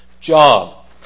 job